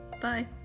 Bye